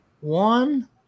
One